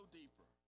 deeper